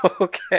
Okay